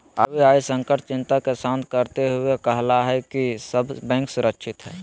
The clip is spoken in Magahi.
आर.बी.आई संकट चिंता के शांत करते हुए कहलकय कि सब बैंक सुरक्षित हइ